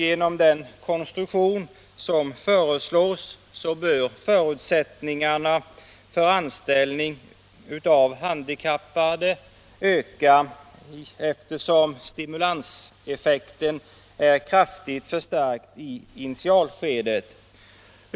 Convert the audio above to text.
Genom den konstruktion som föreslås bör förutsättningarna för anställning av handikappade öka, eftersom stimulanseffekten är kraftigt förstärkt i initialskedet.